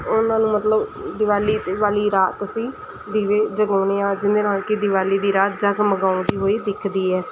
ਉਹਨਾਂ ਨੂੰ ਮਤਲਬ ਦਿਵਾਲੀ ਦਿਵਾਲੀ ਰਾਤ ਅਸੀਂ ਦੀਵੇ ਜਗਾਉਂਦੇ ਹਾਂ ਜਿਹਦੇ ਨਾਲ ਕਿ ਦਿਵਾਲੀ ਦੀ ਰਾਤ ਜਗ ਮਗਾਉਂਦੀ ਹੋਈ ਦਿਖਦੀ ਹੈ